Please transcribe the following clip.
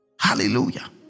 Hallelujah